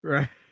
Right